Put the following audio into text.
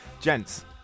Gents